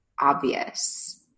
obvious